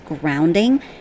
grounding